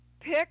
pick